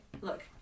Look